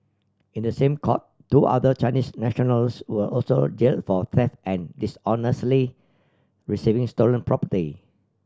in the same court two other Chinese nationals were also jails for theft and dishonestly receiving stolen property